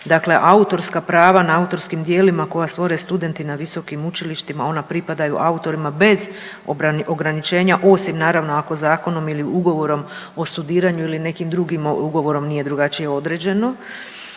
dakle autorska prava na autorskim djelima koja stvore studenti na visokim učilištima, ona pripadaju autorima bez ograničenja osim naravno ako zakonom ili ugovorom o studiranju ili nekim drugim ugovorom nije drugačije određeno.